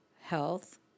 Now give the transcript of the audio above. health